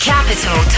Capital